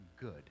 good